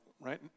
right